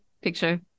picture